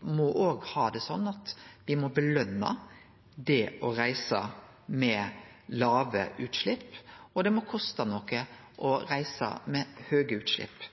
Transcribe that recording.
må påskjøne det å reise med låge utslepp, og det må koste noko å reise med høge utslepp.